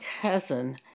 cousin